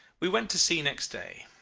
we went to sea next day.